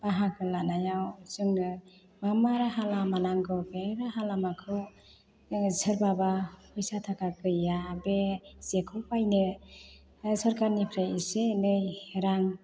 बाहागो लानायाव जोंनो मामा राहा लामा नांगौ बे राहा लामाखौ जोङो सोरबाबा थाखा फैसा गैया बे जेखौ बायनो सोरखारनिफ्राय एसे एनै रां